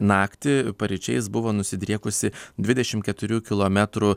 naktį paryčiais buvo nusidriekusi dvidešim keturių kilometrų